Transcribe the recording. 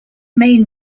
main